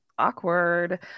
awkward